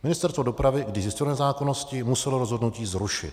Ministerstvo dopravy, když zjistilo nezákonnosti, muselo rozhodnutí zrušit.